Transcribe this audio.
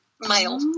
male